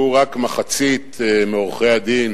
לו רק מחצית מעורכי-הדין